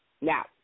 now